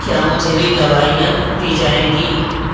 کیا مجھے بھی دوائیں دی جائیں گی